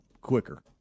quicker